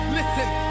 Listen